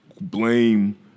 blame